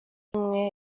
mwe